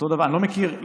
אני לא מכיר.